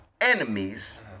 enemies